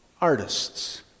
artists